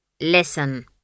Listen